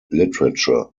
literature